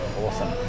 Awesome